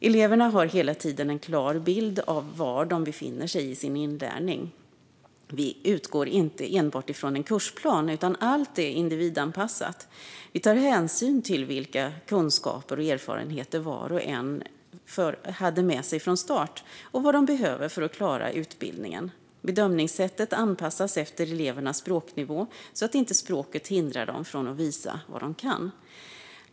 Eleverna har hela tiden en klar bild av var de befinner sig i sin inlärning. Vi utgår inte enbart från en kursplan, utan allt är individanpassat. Vi tar hänsyn till vilka kunskaper och erfarenheter var och en hade med sig från start och vad de behöver för att klara utbildningen. Bedömningssättet anpassas efter elevernas språknivå, så att inte språket hindrar dem från att visa vad de kan.